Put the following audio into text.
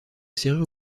serrure